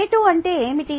rate అంటే ఏమిటి